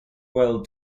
royal